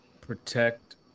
protect